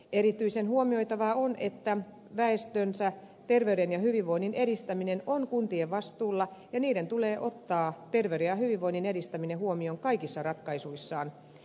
erityisen huomioitavaa on että väestönsä terveyden ja hyvinvoinnin edistäminen on kuntien vastuulla ja niiden tulee ottaa terveyden ja hyvinvoinnin edistäminen huomioon kaikissa ratkaisuissaan